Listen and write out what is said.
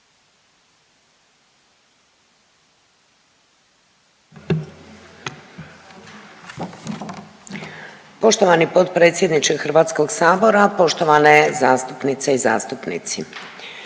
poštovani potpredsjedniče Hrvatskoga sabora, poštovana državna tajnice.